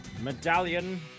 medallion